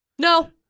No